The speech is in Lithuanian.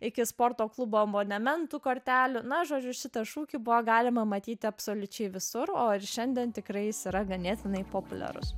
iki sporto klubų abonementų kortelių na žodžiu šitą šūkį buvo galima matyti absoliučiai visur o ir šiandien tikrai jis yra ganėtinai populiarus